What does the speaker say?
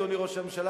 אדוני ראש הממשלה,